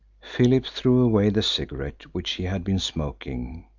philip threw away the cigarette which he had been smoking,